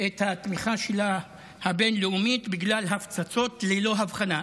את התמיכה הבין-לאומית בגלל הפצצות ללא הבחנה,